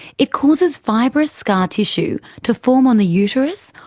it causes fibrous scar tissue to form on the uterus,